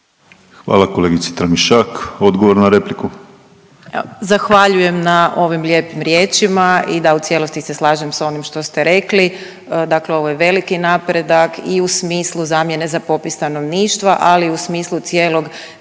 Hvala kolegici Tramišak. Odgovor na repliku. **Rogić Lugarić, Tereza** Zahvaljujem na ovim lijepim riječima i da u cijelosti se slažem s onim što ste rekli. Dakle, ovo je veliki napredak i u smislu zamjene za popis stanovništva ali i u smislu cijelog,